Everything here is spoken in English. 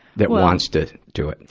that wants to do it.